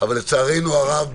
אבל לצערנו הרב,